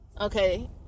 okay